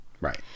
Right